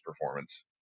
performance